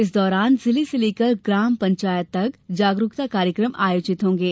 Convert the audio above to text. इस दौरान जिले से लेकर ग्राम पंचायत स्तर तक जागरूकता कार्यकम आयोजित होंगे